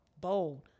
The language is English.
bold